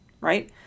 right